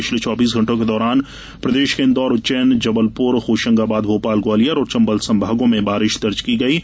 पिछले चौबीस घंटों के दौरान प्रदेश के इंदौर उज्जैनजबलपुरहोशंगाबादभोपाल ग्वालियर और चंबल संभागों में बारिश दर्ज की गयीं